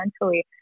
mentally